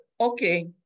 okay